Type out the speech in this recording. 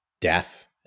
death